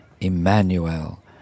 Emmanuel